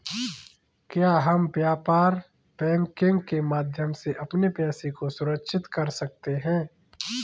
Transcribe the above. क्या हम व्यापार बैंकिंग के माध्यम से अपने पैसे को सुरक्षित कर सकते हैं?